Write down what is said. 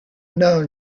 known